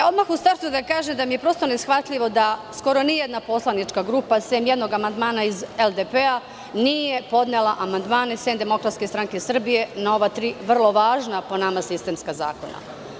Odmah u startu da kažem da mi je prosto neshvatljivo da skoro nijedna poslanička grupa, sem jednog amandmana iz LDP, nije podnela amandmane, sem DSS, na ova tri, po nama, vrlo važna sistemska zakona.